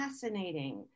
fascinating